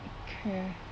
okay